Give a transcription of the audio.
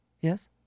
Yes